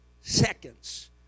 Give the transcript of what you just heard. seconds